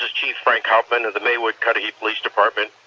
chief frank hauptmann of the maywood-cudahy police department.